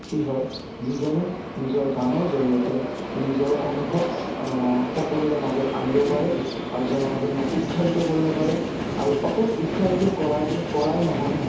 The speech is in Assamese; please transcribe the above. ব্যক্তি হয় যিজনে নিজৰ গানৰ জৰিয়তে নিজৰ অনুভৱ সকলোৰে মাজত আনিব পাৰে আৰু জনসাধাৰণক উৎসাহিত কৰিব পাৰে আৰু অকল উৎসাহিত কৰাৰ কৰাই নহয়